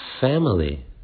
Family